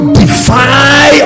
defy